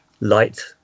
light